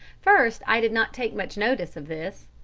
first, i did not take much notice of this.